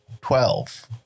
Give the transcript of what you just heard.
Twelve